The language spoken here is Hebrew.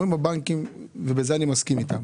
אומרים הבנקים, ואני מסכים איתם,